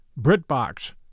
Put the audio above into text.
BritBox